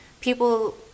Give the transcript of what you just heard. People